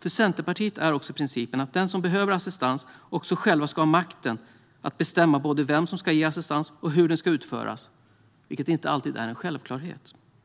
För Centerpartiet är dessutom principen att den som behöver assistans också själv ska ha makten att bestämma både vem som ska ge assistans och hur den ska utföras, vilket inte alltid är en självklarhet.